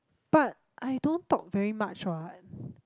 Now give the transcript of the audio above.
but I don't talk very much what